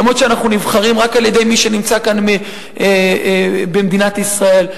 אף-על-פי שאנחנו נבחרים רק על-ידי מי שנמצא כאן במדינת ישראל.